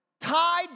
tied